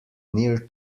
near